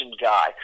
guy